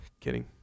Kidding